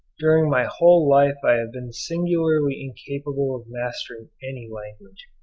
during my whole life i have been singularly incapable of mastering any language.